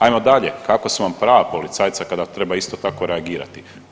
Ajmo dalje, kakva su vam prava policajca kada treba isto tako reagirati?